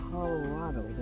Colorado